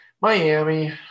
Miami